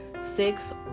six